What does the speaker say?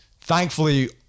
thankfully